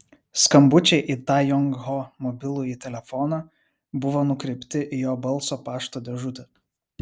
skambučiai į tai jong ho mobilųjį telefoną buvo nukreipti į jo balso pašto dėžutę